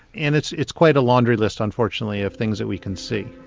and it's it's quite a laundry list, unfortunately, of things that we can see.